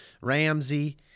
Ramsey